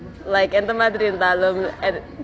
like எந்த மாதிரி இருந்தாலும்:entha maathiri irunthaalum